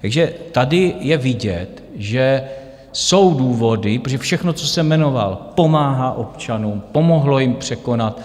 Takže tady je vidět, že jsou důvody, protože všechno, co jsem jmenoval, pomáhá občanům, pomohlo jim překonat